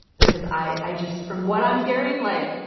because i i just from what i'm hearing, like,